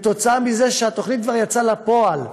הפרסום היה כי התוכנית כבר יצאה לפועל,